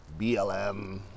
BLM